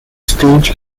stage